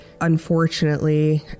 unfortunately